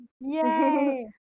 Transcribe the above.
Yay